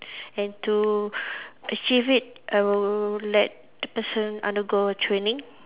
and to achieve it I will let the person undergo training